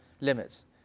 limits